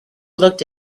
looked